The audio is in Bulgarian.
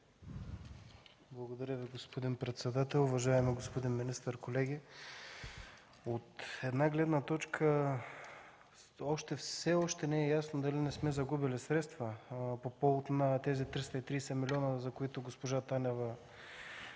Благодаря Ви, господин председател. Уважаеми господин министър, колеги! От една гледна точка, все още не е ясно дали не сме загубили средства по повод на тези 330 милиона, които госпожа Танева